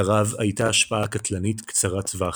לרעב הייתה השפעה קטלנית קצרת טווח,